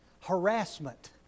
Harassment